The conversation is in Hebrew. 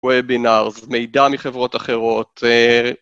וובינרס, מידע מחברות אחרות.